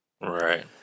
Right